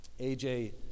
AJ